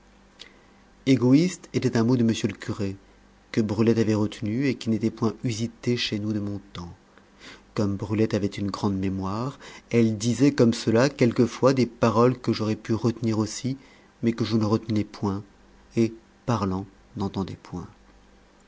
égoïste était un mot de monsieur le curé que brulette avait retenu et qui n'était point usité chez nous de mon temps comme brulette avait une grande mémoire elle disait comme cela quelquefois des paroles que j'aurais pu retenir aussi mais que je ne retenais point et parlant n'entendais point